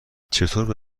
چطور